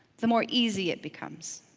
the more easy it becomes.